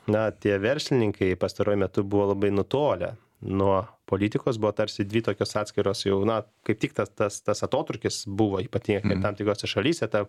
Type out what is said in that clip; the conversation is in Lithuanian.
na tie verslininkai pastaruoju metu buvo labai nutolę nuo politikos buvo tarsi dvi tokios atskiros jau na kaip tik tas tas tas atotrūkis buvo ypatingai tam tikrose šalyse tad